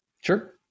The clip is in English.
Sure